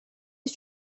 est